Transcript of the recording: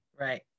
Right